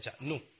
No